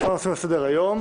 יש מספר נושאים על סדר היום,